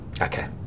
Okay